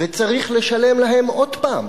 וצריך לשלם להם עוד פעם,